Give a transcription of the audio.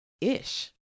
ish